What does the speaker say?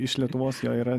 iš lietuvos jo yra